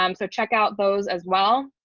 um so check out those as well.